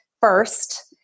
first